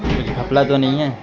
کچھ گھپلہ تو نہیں ہے